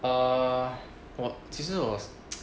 err 我其实我是